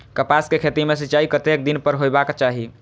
कपास के खेती में सिंचाई कतेक दिन पर हेबाक चाही?